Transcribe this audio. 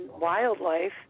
wildlife